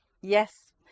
Yes